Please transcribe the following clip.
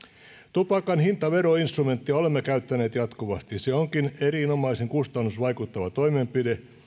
tupakan hinta ja veroinstrumenttia olemme käyttäneet jatkuvasti se onkin erinomaisen kustannusvaikuttava toimenpide